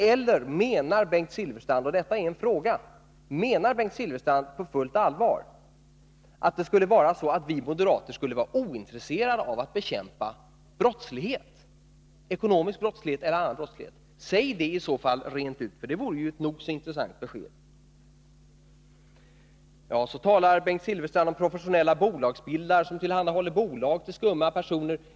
Eller menar Bengt Silfverstrand på fullt allvar att vi moderater skulle vara ointresserade av att bekämpa brottslighet, ekonomisk brottslighet eller annan brottslighet? Säg det i så fall rent ut! Det vore ett nog så intressant besked. Vidare talar Bengt Silfverstrand om professionella bolagsbildare som tillhandahåller skumma personer bolag.